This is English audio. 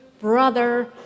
brother